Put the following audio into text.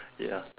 ya